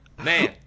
man